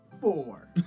Four